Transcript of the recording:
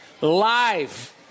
Live